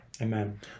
Amen